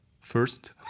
first